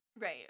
Right